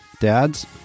Dads